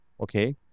Okay